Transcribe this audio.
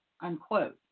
unquote